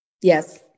Yes